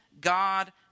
God